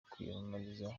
kwiyamamariza